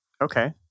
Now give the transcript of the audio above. Okay